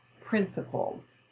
principles